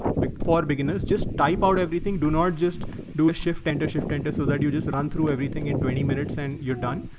but, for beginners, just type out everything do not just do a shift enter shift enter so that you just run through everything in twenty minutes and you're done.